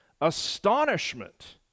astonishment